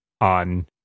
on